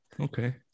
Okay